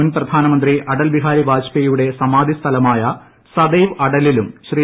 മുൻ പ്രധാനമന്ത്രി അടൽ ബിഹാരി വാജ്പ്പേയിയുടെ സമാധിസ്ഥലമായ സദൈവ് അടലിലും ശ്രീ